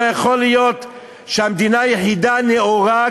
לא יכול להיות שהמדינה היחידה ה"נאורה",